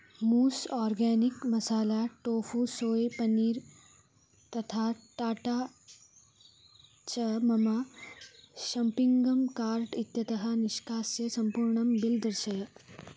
mousse organic masala tofu soya paneer तथा टाटा च मम शम्पिङ्गं कार्ट् इत्यतः निष्कास्य सम्पूर्णं बिल् दर्शय